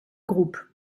groupe